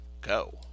go